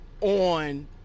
on